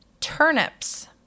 Turnips